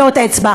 את טביעות האצבע.